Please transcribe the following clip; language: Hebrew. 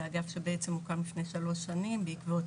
זה אגף שבעצם הוקם לפני שלוש שנים בעקבות